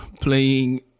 playing